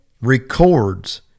records